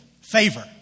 Favor